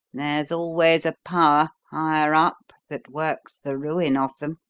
there's always a power higher up that works the ruin of them.